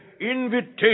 invitation